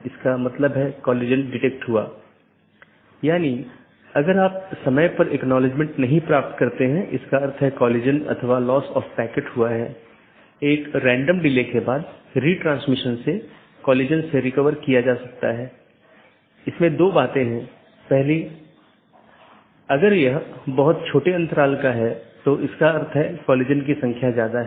autonomous system के अंदर OSPF और RIP नामक प्रोटोकॉल होते हैं क्योंकि प्रत्येक ऑटॉनमस सिस्टम को एक एडमिनिस्ट्रेटर कंट्रोल करता है इसलिए यह प्रोटोकॉल चुनने के लिए स्वतंत्र होता है कि कौन सा प्रोटोकॉल उपयोग करना है